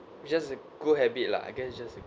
just a good habit lah I guess is just a